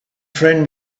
friend